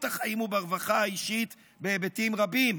החיים וברווחה האישית בהיבטים רבים.